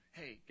hey